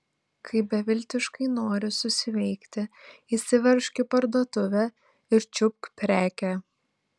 kai beviltiškai nori susiveikti įsiveržk į parduotuvę ir čiupk prekę